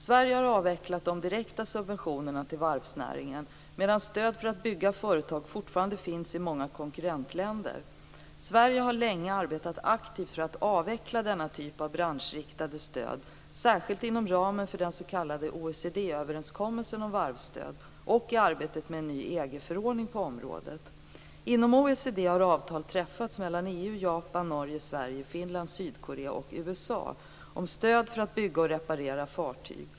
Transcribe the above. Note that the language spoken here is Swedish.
Sverige har avvecklat de direkta subventionerna till varvsnäringen, medan stöd för att bygga fartyg fortfarande finns i många konkurrentländer. Sverige har länge arbetat aktivt för att avveckla denna typ av branschinriktade stöd, särskilt inom ramen för den s.k. OECD-överenskommelsen om varvsstöd och i arbetet med en ny EG-förordning på området. Inom OECD har avtal träffats mellan EU, Japan, Norge, Sverige, Finland, Sydkorea och USA om stöd för att bygga och reparera fartyg.